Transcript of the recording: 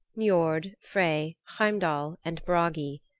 niord, frey, heimdall, and bragi.